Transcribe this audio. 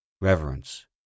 reverence